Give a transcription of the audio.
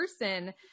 person